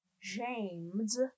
James